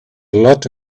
lot